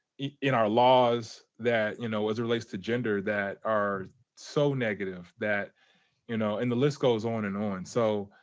yeah in our laws that, you know as it relates to gender, that are so negative. that you know and the list goes on and on. so